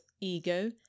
ego